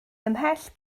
ymhell